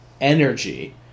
energy